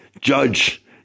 judge